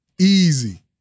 Easy